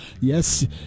Yes